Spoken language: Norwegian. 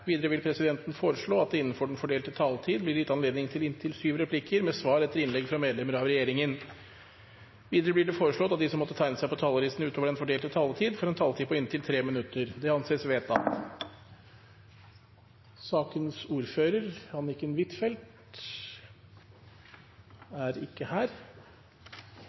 Videre vil presidenten foreslå at det – innenfor den fordelte taletid – blir gitt anledning til replikkordskifte med inntil syv replikker med svar etter innlegg fra medlemmer av regjeringen. Videre blir det foreslått at de som måtte tegne seg på talerlisten utover den fordelte taletid, får en taletid på inntil 3 minutter. – Det anses vedtatt.